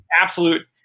absolute